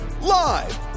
live